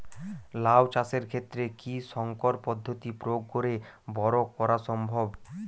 লাও চাষের ক্ষেত্রে কি সংকর পদ্ধতি প্রয়োগ করে বরো করা সম্ভব?